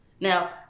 Now